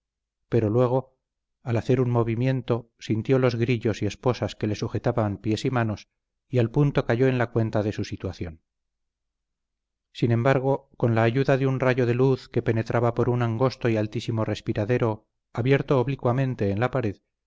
pero luego al hacer un movimiento sintió los grillos y esposas que le sujetaban pies y manos y al punto cayó en la cuenta de su situación sin embargo con la ayuda de un rayo de luz que penetraba por un angosto y altísimo respiradero abierto oblicuamente en la pared